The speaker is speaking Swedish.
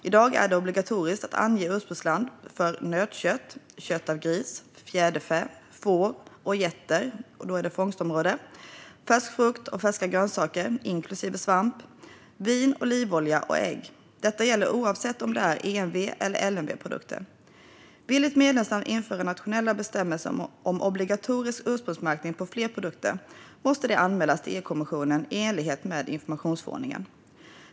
I dag är det obligatoriskt att ange ursprungsland för nötkött, kött av gris, fjäderfä, får och getter, fisk - då anges fångstområdet - färsk frukt och färska grönsaker inklusive svamp, vin, olivolja och ägg. Detta gäller oavsett om det är EMV eller LMV-produkter. Vill ett medlemsland införa nationella bestämmelser om obligatorisk ursprungsmärkning på fler produkter måste det anmälas till EU-kommissionen i enlighet med informationsförordningen.